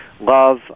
love